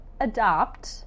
Adopt